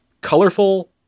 colorful